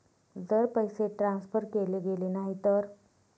जर पैसे ट्रान्सफर केले गेले नाही तर?